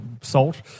salt